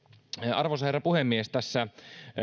arvoisa herra puhemies tässä